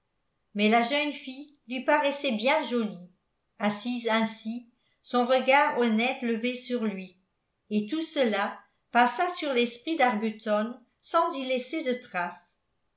mais la jeune fille lui paraissait bien jolie assise ainsi son regard honnête levé sur lui et tout cela passa sur l'esprit d'arbuton sans y laisser de traces